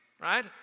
right